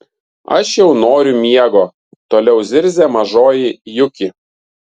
aš jau noriu miego toliau zirzė mažoji juki